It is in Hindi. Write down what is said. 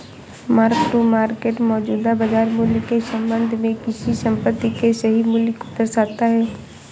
मार्क टू मार्केट मौजूदा बाजार मूल्य के संबंध में किसी संपत्ति के सही मूल्य को दर्शाता है